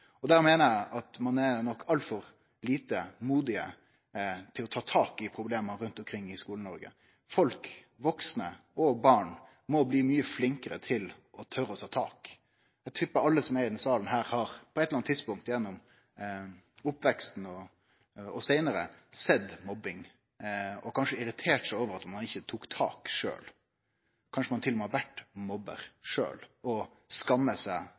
Der meiner eg at ein nok er altfor lite modig til å ta tak i problema rundt omkring i Skole-Noreg. Folk, vaksne og barn, må bli mykje flinkare til å tore å ta tak. Eg tippar alle som er i denne salen, har på eit eller anna tidspunkt gjennom oppveksten og seinare sett mobbing og kanskje irritert seg over at ein ikkje tok tak sjølv. Kanskje ein til og med har vore mobbar sjølv og skammar seg